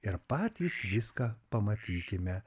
ir patys viską pamatykime